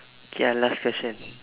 okay ah last question